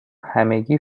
همگی